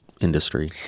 industry